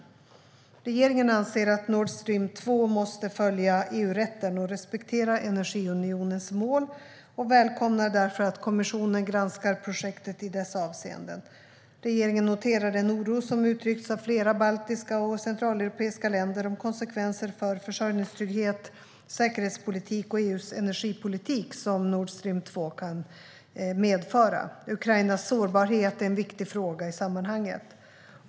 Svar på interpellationer Regeringen anser att Nordstream 2 måste följa EU-rätten och respektera energiunionens mål och välkomnar därför att kommissionen granskar projektet i dessa avseenden. Regeringen noterar den oro som uttryckts av flera baltiska och centraleuropeiska länder om konsekvenser för försörjningstrygghet, säkerhetspolitik och EU:s energipolitik som Nordstream 2 kan medföra. Ukrainas sårbarhet är en viktig fråga i sammanhanget.